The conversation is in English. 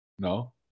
No